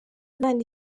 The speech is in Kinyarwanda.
imana